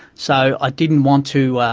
so i didn't want to